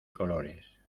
colores